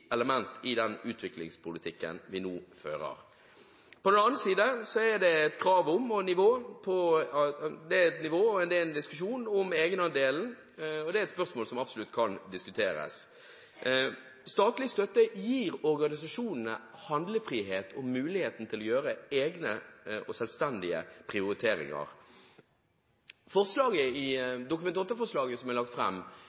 element i den utviklingspolitikken vi nå fører. På den annen side er det et krav om et nivå for – og en del diskusjon om – egenandelen, og det er et spørsmål som absolutt kan diskuteres. Statlig støtte gir organisasjonene handlefrihet og mulighet til å gjøre egne og selvstendige prioriteringer.